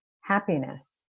happiness